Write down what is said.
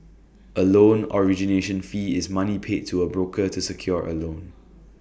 A loan origination fee is money paid to A broker to secure A loan